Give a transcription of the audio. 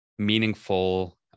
meaningful